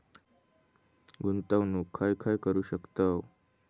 गुंतवणूक खय खय करू शकतव?